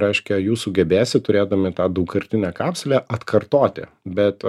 reiškia jūs sugebėsit turėdami tą daugkartinę kapsulę atkartoti bet